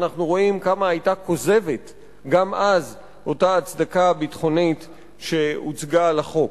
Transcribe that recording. אנחנו רואים כמה היתה כוזבת גם אז אותה הצדקה ביטחונית שהוצגה לחוק.